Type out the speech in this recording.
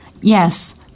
yes